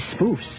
spoofs